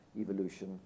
evolution